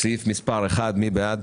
סעיף מספר 1, מי בעד?